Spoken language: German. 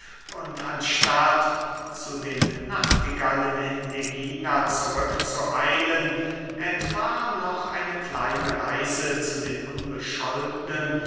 und anstatt zu den nachtigallen in ägina zurückzueilen etwa noch eine kleine reise zu den unbescholtnen